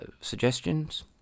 suggestions